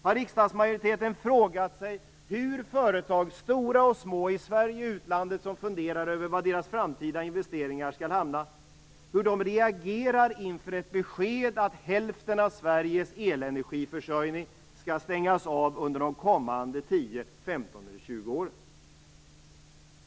Har riksdagsmajoriteten frågat sig hur företag, stora och små i Sverige och utlandet som funderar över vad deras framtida investeringar skall hamna, reagerar inför ett besked att hälften av Sveriges elenergiförsörjning skall stängas av under de kommande 10, 15 eller 20 åren?